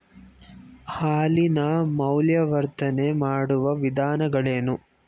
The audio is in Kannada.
ಹಾಲಿನ ಮೌಲ್ಯವರ್ಧನೆ ಮಾಡುವ ವಿಧಾನಗಳೇನು?